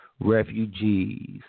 refugees